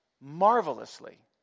marvelously